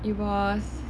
it was